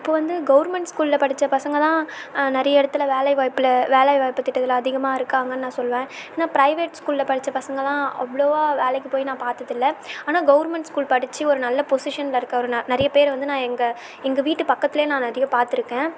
இப்போ வந்து கவர்மெண்ட் ஸ்கூலில் படித்த பசங்க தான் நிறைய இடத்துல வேலை வாய்ப்பில் வேலை வாய்ப்பு திட்டத்தில் அதிகமாக இருக்காங்கன்னு நான் சொல்லுவேன் ஏன்னா ப்ரைவேட் ஸ்கூலில் படித்த பசங்களாம் அவ்வளோவா வேலைக்கு போய் நான் பார்த்தது இல்லை ஆனால் கவர்மெண்ட் ஸ்கூல் படிச்சு ஒரு நல்ல பொஸிஷனில் இருக்க ஒரு ந நிறைய பேர் வந்து நான் எங்கள் எங்கள் வீட்டு பக்கத்துலையே நான் அதிக பார்த்துருக்கேன்